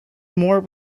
more